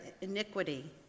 iniquity